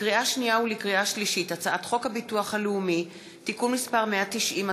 לקריאה שנייה ולקריאה שלישית: הצעת חוק הביטוח הלאומי (תיקון מס' 190),